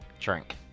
drink